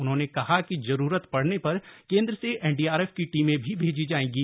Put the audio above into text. उन्होंने कहा कि जरूरत पड़ने पर कैंद्र से एनडीआरएफ की टीमें भी भेजी जाएंगी